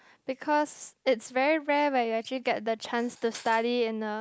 because it's very rare where you actually get the chance to study in a